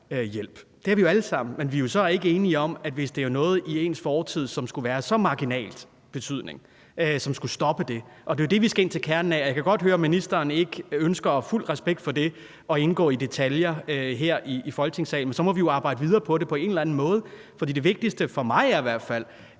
Det er vi jo alle sammen, men vi er jo så ikke enige om det, hvis der er noget i ens fortid af så marginal betydning, som skulle stoppe det, og det er jo det, vi skal ind til kernen af. Jeg kan godt høre, at ministeren ikke ønsker – og fuld respekt for det – at gå i detaljer her i Folketingssalen, men så må vi jo arbejde videre med det på en eller anden måde, for det vigtigste for mig er i hvert fald,